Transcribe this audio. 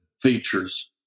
features